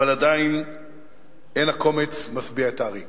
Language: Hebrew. אבל עדיין אין הקומץ משביע את הארי.